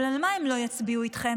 אבל על מה הם לא יצביעו איתכם?